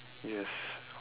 yes